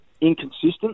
inconsistent